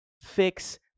fix